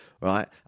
right